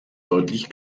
deutlich